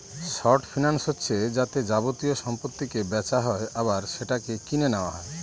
short finance হচ্ছে যাতে যাবতীয় সম্পত্তিকে বেচা হয় আবার সেটাকে কিনে নেওয়া হয়